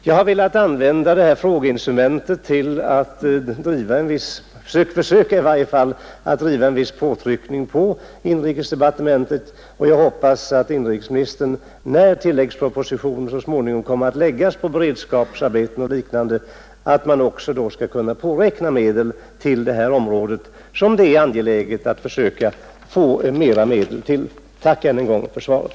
Jag har velat använda frågeinstitutet för att i varje fall försöka utöva en viss påtryckning på inrikesdepartementet, och jag hoppas att man när inrikesministern så småningom lägger fram tilläggspropositionen rörande beredskapsarbeten m.m. också skall kunna påräkna medel till detta område, som det är angeläget att försöka få mera medel till. Än en gång, tack för svaret.